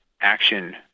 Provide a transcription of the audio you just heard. action